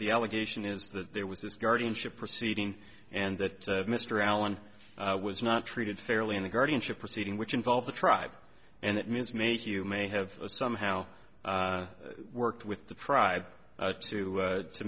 the allegation is that there was this guardianship proceeding and that mr allen was not treated fairly in the guardianship proceeding which involves a tribe and it means make you may have somehow worked with the tribe too to